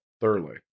thoroughly